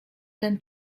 ten